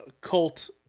cult